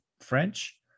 French